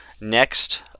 Next